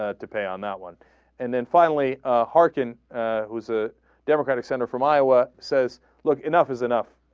ah to pay on that one and then finally ah. harkin ah. it was a democratic center from iowa says look enough is enough ah.